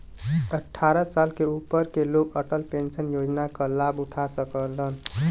अट्ठारह साल से ऊपर क लोग अटल पेंशन योजना क लाभ उठा सकलन